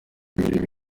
bibiri